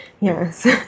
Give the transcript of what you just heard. yes